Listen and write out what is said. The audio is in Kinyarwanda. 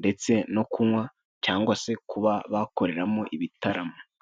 ndetse no kunywa cyangwa se kuba bakoreramo ibitaramo.